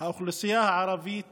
האוכלוסייה הערבית